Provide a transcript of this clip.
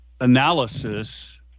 analysis